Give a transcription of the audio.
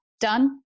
done